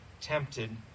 tempted